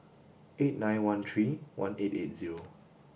eight nine one three one eight eight zero